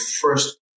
first